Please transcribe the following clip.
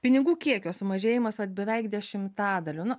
pinigų kiekio sumažėjimas vat beveik dešimtadaliu nu